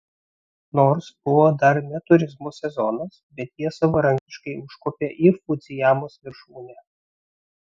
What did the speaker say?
nors buvo dar ne turizmo sezonas bet jie savarankiškai užkopė į fudzijamos viršūnę